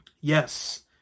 yes